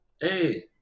hey